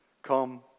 come